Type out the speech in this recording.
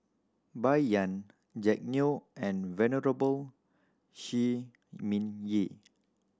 Bai Yan Jack Neo and Venerable Shi Ming Yi